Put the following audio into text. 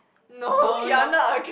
no no